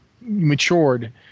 matured